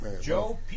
Joe